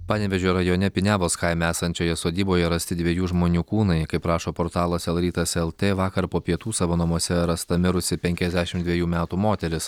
panevėžio rajone piniavos kaime esančioje sodyboje rasti dviejų žmonių kūnai kaip rašo portalas l rytas lt vakar po pietų savo namuose rasta mirusi penkiasdešimt dvejų metų moteris